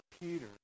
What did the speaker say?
Peter